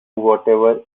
whatever